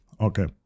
Okay